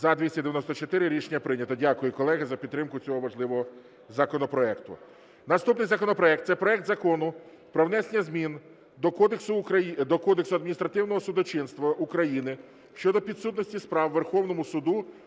За-294 Рішення прийнято. Дякую, колеги, за підтримку цього важливого законопроекту. Наступний законопроект – це проект Закону про внесення змін до Кодексу адміністративного судочинства України щодо підсудності справ Верховному Суду